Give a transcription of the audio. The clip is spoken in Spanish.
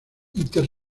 inter